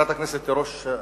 חברת הכנסת תירוש,